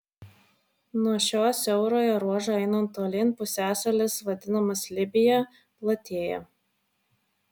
nuo šio siaurojo ruožo einant tolyn pusiasalis vadinamas libija platėja